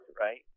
right